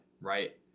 right